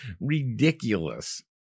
ridiculous